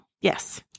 yes